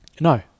No